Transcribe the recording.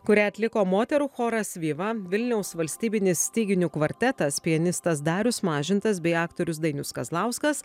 kurią atliko moterų choras viva vilniaus valstybinis styginių kvartetas pianistas darius mažintas bei aktorius dainius kazlauskas